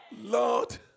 Lord